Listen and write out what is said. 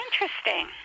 interesting